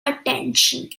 attention